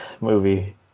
movie